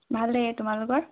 ভালেই তোমালোকৰ